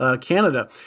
Canada